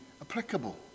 applicable